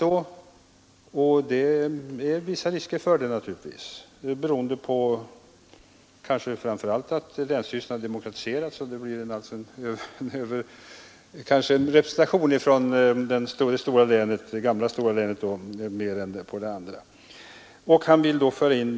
Det finns naturligtvis vissa risker för det, beroende kanske framför allt på att länsstyrelserna har demokratiserats och att det gamla stora länet därför får en överrepresentation.